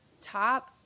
top